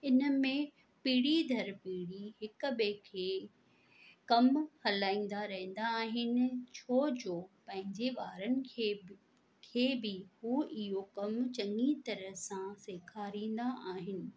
इन में पीढ़ी दर पीढ़ी हिक ॿिए खे कम हलाईंदा रहंदा आहिनि छो जो पंहिंजे ॿारनि खे खे बि उहे इहो कम चङी तरह सां सेखारींदा आहिनि